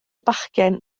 bachgen